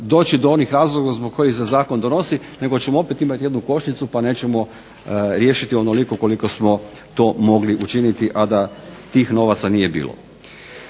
doći do onih razloga zbog kojih se zakon donosi nego ćemo opet imati jednu kočnicu pa nećemo riješiti onoliko koliko smo to mogli učiniti, a da tih novaca nije bilo.